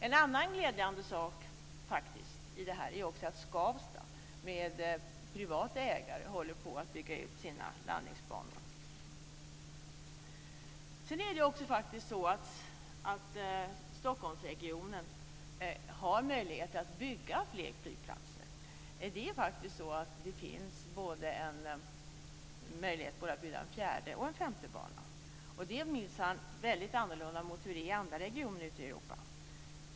En annan glädjande sak är att man på Skavsta, med privat ägare, håller på att bygga ut sina landningsbanor. Sedan är det också faktiskt så att man i Stockholmsregionen har möjligheter att bygga fler flygplatser. Det finns möjlighet både att bygga en fjärde och en femte bana. Det är minsann väldigt annorlunda i andra regioner ute i Europa.